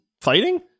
fighting